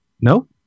No